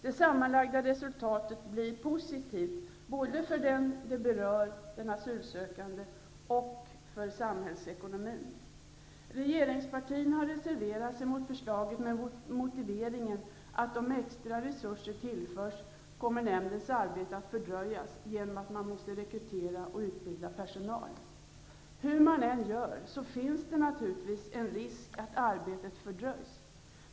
Det sammanlagda resultatet blir positivt både för den det berör -- den asylsökande -- och för samhällsekonomin. Regeringspartierna har reserverat sig mot förslaget med motiveringen att om extra resurser tillförs, kommer nämndens arbete att fördröjas genom att man måste rekrytera och utbilda personal. Hur man än gör finns det naturligtvis en risk att arbetet fördröjs.